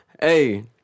Hey